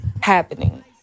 happening